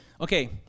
okay